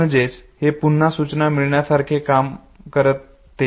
म्हणजेच हे पुन्हा सूचना मिळवण्या सारखे चांगले काम करते